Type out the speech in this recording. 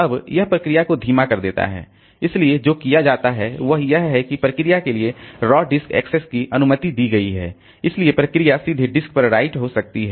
अब यह प्रोसेस को धीमा कर देता है इसलिए जो किया जाता है वह यह है कि प्रोसेस के लिए रॉ डिस्क एक्सेस की अनुमति दी गई है इसलिए प्रोसेस सीधे डिस्क पर राइट हो सकती है